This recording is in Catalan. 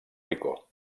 rico